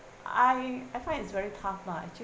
I I find it's very tough lah actually